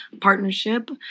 partnership